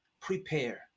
prepare